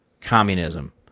Communism